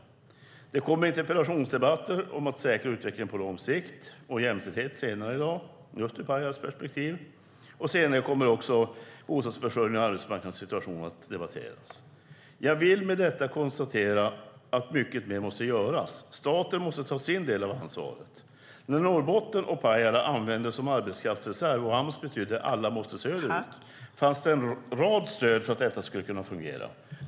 Senare i dag kommer det interpellationsdebatter om att säkra utvecklingen på lång sikt och om jämställdhet just ur Pajalas perspektiv. Senare kommer också bostadsförsörjning och arbetsmarknadssituation att debatteras. Jag vill med detta konstatera att mycket mer måste göras. Staten måste ta sin del av ansvaret. När Norrbotten och Pajala användes som arbetskraftsreserv och Ams betydde "alla måste söderut" fanns det en rad stöd för att detta skulle kunna fungera.